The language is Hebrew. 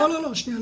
לא, שניה.